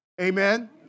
Amen